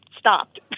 Stopped